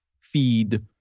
feed